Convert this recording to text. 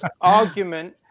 argument